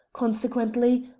consequently,